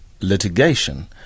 litigation